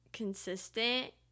Consistent